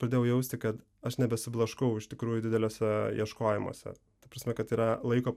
pradėjau jausti kad aš nebesiblaškau iš tikrųjų dideliuose ieškojimuose ta prasme kad yra laiko